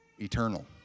eternal